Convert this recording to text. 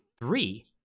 three